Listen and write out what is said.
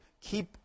Keep